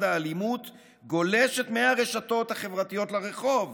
האלימות גולשת מהרשתות החברתיות לרחוב,